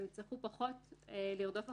הם יצטרכו פחות לרדוף אחריהם,